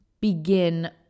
begin